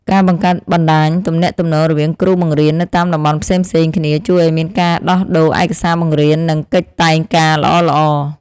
ការបង្កើតបណ្តាញទំនាក់ទំនងរវាងគ្រូបង្រៀននៅតាមតំបន់ផ្សេងៗគ្នាជួយឱ្យមានការដោះដូរឯកសារបង្រៀននិងកិច្ចតែងការល្អៗ។